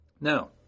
Now